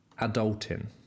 Adultin